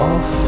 Off